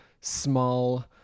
small